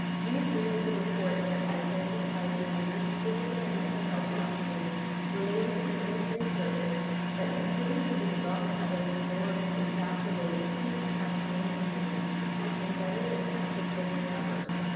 we agree with the report that identifies the unique physical and mental health challenges related to military service that contribute to the development of an or exacerbate acute and chronic pain conditions in veteran and active service members.